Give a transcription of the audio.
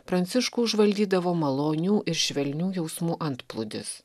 pranciškų užvaldydavo malonių ir švelnių jausmų antplūdis